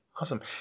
Awesome